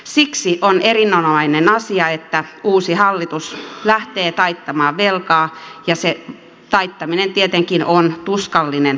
siksi on erinomainen asia että uusi hallitus lähtee taittamaan velkaa ja se taittaminen tietenkin on tuskallinen prosessi